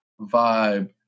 vibe